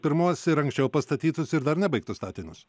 pirmuos ir anksčiau pastatytus ir dar nebaigtus statinius